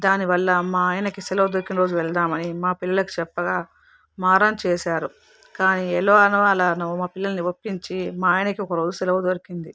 దానివల్ల మా ఆయనకు సెలవు దొరికిన రోజున వెళ్దామని మా పిల్లలకి చెప్పగా మారం చేశారు కానీ ఎలానో అలా మా పిల్లల్ని ఒప్పించి మా ఆయనకు ఒక రోజు సెలవు దొరికింది